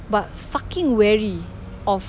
but fucking wary of